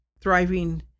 thriving